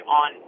on